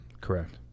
Correct